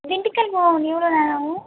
திண்டுக்கல் போக எவ்வளோ நேரம் ஆகும்